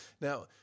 Now